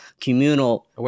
communal